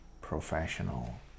professional